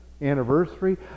Anniversary